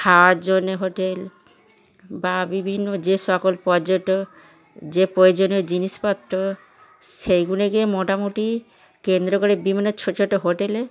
খাওয়ার জন্যে হোটেল বা বিভিন্ন যে সকল পর্যট যে প্রয়োজনীয় জিনিসপত্র সেইগুলিকে মোটামুটি কেন্দ্র করে বিভিন্ন ছোট ছোট হোটেলে